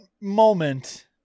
moment